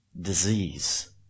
disease